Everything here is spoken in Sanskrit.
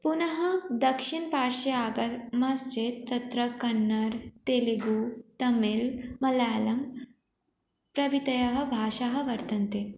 पुनः दक्षिणपार्श्वे आगमश्चेत् तत्र कन्नडः तेलुगुः तमिलः मलयालं प्रभृतयः भाषाः वर्तन्ते